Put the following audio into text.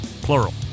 Plural